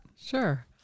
Sure